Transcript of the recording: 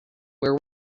where